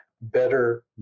better